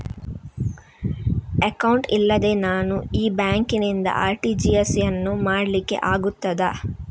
Account ಇಲ್ಲದೆ ನಾನು ಈ ಬ್ಯಾಂಕ್ ನಿಂದ ಆರ್.ಟಿ.ಜಿ.ಎಸ್ ಯನ್ನು ಮಾಡ್ಲಿಕೆ ಆಗುತ್ತದ?